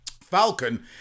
Falcon